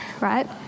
right